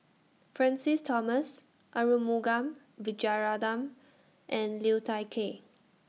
Francis Thomas Arumugam Vijiaratnam and Liu Thai Ker